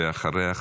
ואחריה,